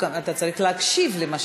אתה צריך להקשיב למה